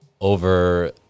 over